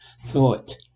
thought